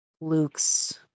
luke's